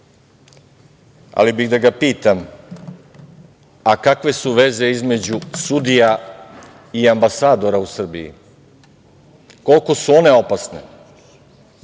ali bih da ga pitam - a kakve su veze između sudija i ambasadora u Srbiji? Koliko su one opasne?